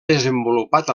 desenvolupat